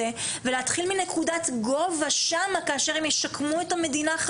ולהתחיל מנקודת גובה שם כאשר הם ישקמו את המדינה.